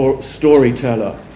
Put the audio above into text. storyteller